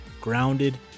grounded